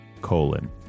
colon